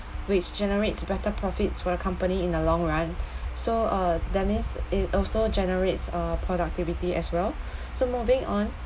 which generates better profits for a company in the long run so uh that means i~ also generates uh productivity as well so moving on